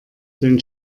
den